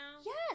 Yes